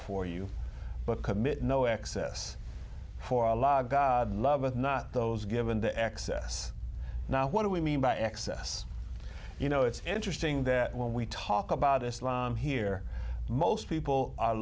for you but commit no excess for a law god love it not those given the excess now what do we mean by excess you know it's interesting that when we talk about islam here most people are